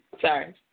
Sorry